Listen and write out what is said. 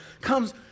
comes